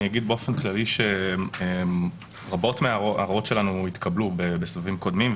באופן כללי רבות מההערות שלנו התקבלו בסבבים קודמים,